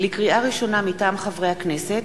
לקריאה ראשונה, מטעם הכנסת: